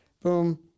Boom